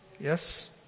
Yes